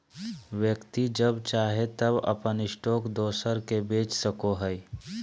व्यक्ति जब चाहे तब अपन स्टॉक दोसर के बेच सको हइ